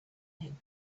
him